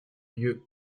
lieu